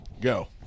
Go